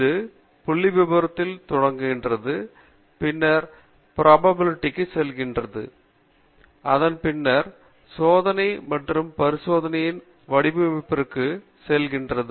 இது புள்ளிவிபரதில் தொடங்குகிறது பின்னர் ப்ரோபைபிளிட்டிக்கு செல்கிறது அதன் பின்னர் சோதனை மற்றும் பரிசோதனையின் வடிவமைப்பிற்குள் செல்கிறது